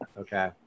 Okay